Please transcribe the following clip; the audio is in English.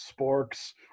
sporks